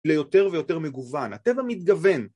ליותר ויותר מגוון. הטבע מתגוון.